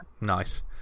Nice